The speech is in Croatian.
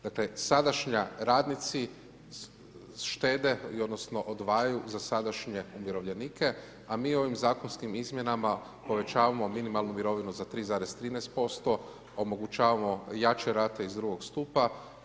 Dakle, sadašnja radnici štede odnosno odvajaju za sadašnje umirovljenike, a mi ovim zakonskim izmjenama povećavamo minimalnu mirovinu za 3,13%, omogućavamo jače rate iz drugog stupa.